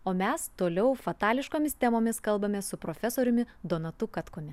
o mes toliau fatališkomis temomis kalbamės su profesoriumi donatu katkumi